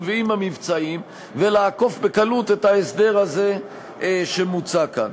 ועם המבצעים ולעקוף בקלות את ההסדר הזה שמוצע כאן.